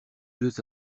deux